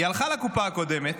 היא הלכה לקופה הקודמת,